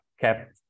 kept